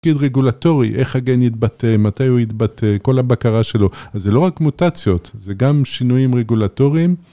תפקיד רגולטורי, איך הגן יתבטא, מתי הוא יתבטא, כל הבקרה שלו, אז זה לא רק מוטציות, זה גם שינויים רגולטוריים.